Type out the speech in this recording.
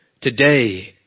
today